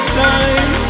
time